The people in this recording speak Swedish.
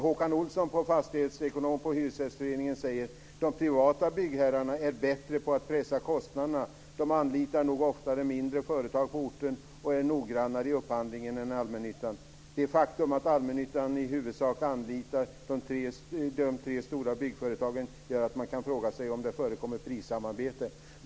Håkan Olson, fastighetsekonom på Hyresgästföreningen säger: "De privata byggherrarna är bättre på att pressa kostnaderna. De anlitar nog oftare mindre företag på orten och är noggrannare i upphandlingen än allmännyttan. - Det faktum att allmännyttan i huvudsak anlitar de tre stora byggföretagen gör att man kan fråga sig om det inte förekommer prissamarbete."